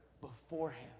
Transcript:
beforehand